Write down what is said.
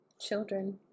Children